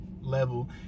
level